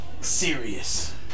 serious